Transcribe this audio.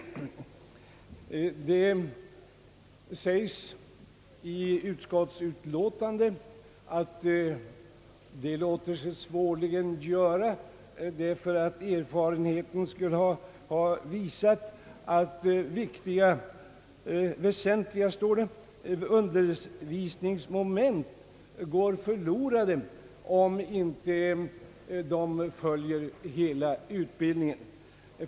I utskottsutlåtandet sägs att detta låter sig svårligen göra, därför att erfarenheterna har visat att »väsentliga undervisningsmoment går förlorade» om akademikerna inte följer hela utbildningen.